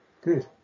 Good